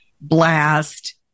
blast